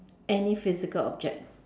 any physical object